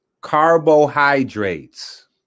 Carbohydrates